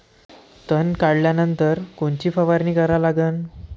तन काढल्यानंतर कोनची फवारणी करा लागन?